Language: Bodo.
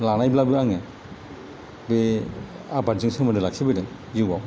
लानायब्लाबो आङो बे आबादजों सोमोन्दो लाखिबोदों जिउआव